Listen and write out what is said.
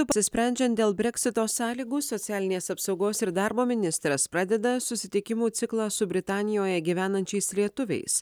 apsisprendžiant dėl breksto sąlygų socialinės apsaugos ir darbo ministras pradeda susitikimų ciklą su britanijoje gyvenančiais lietuviais